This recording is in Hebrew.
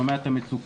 שומע את המצוקות,